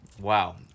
Wow